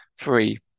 three